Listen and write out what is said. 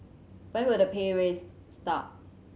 when will the pay raise start